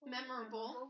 Memorable